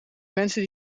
mensen